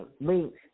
links